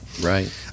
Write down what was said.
Right